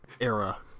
era